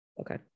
Okay